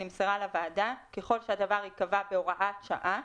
ככל שהדבר ייקבע בהוראת שעה,